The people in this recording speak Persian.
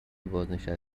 بازنشته